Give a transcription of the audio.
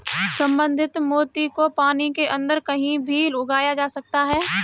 संवर्धित मोती को पानी के अंदर कहीं भी उगाया जा सकता है